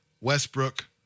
Westbrook